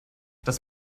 das